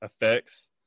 effects